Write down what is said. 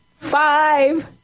five